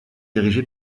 dirigé